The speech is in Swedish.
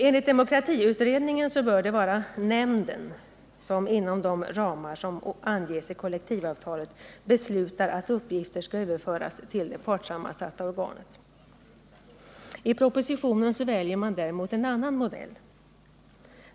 Enligt demokratiutredningen bör det vara nämnden som, inom de ramar som anges i kollektivavtalet, beslutar att uppgifter skall överföras till det partssammansatta organet. I propositionen väljs en annan modell.